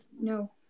No